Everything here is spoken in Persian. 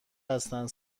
هستند